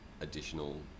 additional